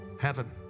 Heaven